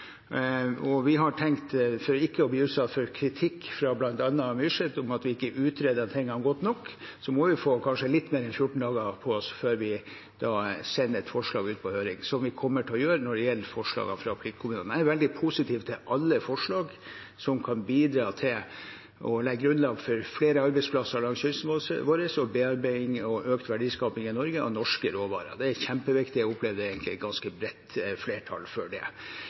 og vi har tenkt, for ikke å bli utsatt for kritikk fra bl.a. Myrseth om at vi ikke utreder tingene godt nok, at vi kanskje må få litt mer enn 14 dager på oss før vi sender et forslag ut på høring, som vi kommer til å gjøre når det gjelder forslagene fra pliktkommunene. Jeg er veldig positiv til alle forslag som kan bidra til å legge grunnlag for flere arbeidsplasser langs kysten vår og bearbeiding og økt verdiskaping i Norge av norske råvarer. Det er kjempeviktig, og jeg opplever at det egentlig er ganske bredt flertall for det.